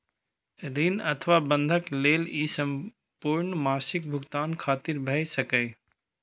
ऋण अथवा बंधक लेल ई संपूर्ण मासिक भुगतान खातिर भए सकैए